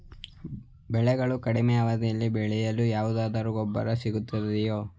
ಬೆಳೆಗಳು ಕಡಿಮೆ ಅವಧಿಯಲ್ಲಿ ಬೆಳೆಯಲು ಯಾವುದಾದರು ಗೊಬ್ಬರ ಸಿಗುತ್ತದೆಯೇ?